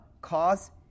cause